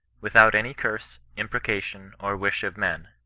without any curse, imprecation, or wish of men.